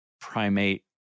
primate